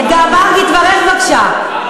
מרגי, תברך בבקשה.